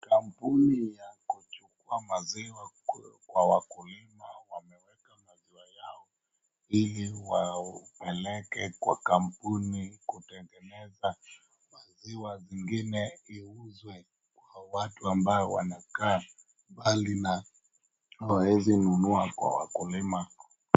Kampuni ya kuchukua maziwa kwa wakulima, wameweka maziwa yao ili wapeleke kwa kampuni kutengeneza maziwa zingine iuzwe kwa watu ambao wanakaa mbali na hawaezi nunua kwa wakulima.